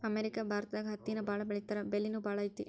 America ಭಾರತದಾಗ ಹತ್ತಿನ ಬಾಳ ಬೆಳಿತಾರಾ ಬೆಲಿನು ಬಾಳ ಐತಿ